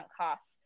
costs